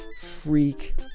freak